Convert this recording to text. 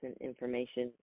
information